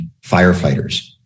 firefighters